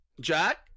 Jack